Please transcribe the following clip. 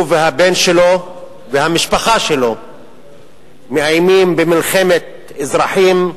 הוא והבן שלו והמשפחה שלו מאיימים במלחמת אזרחים,